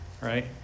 right